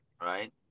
right